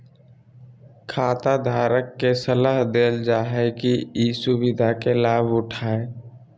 खाताधारक के सलाह देल जा हइ कि ई सुविधा के लाभ उठाय